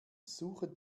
suche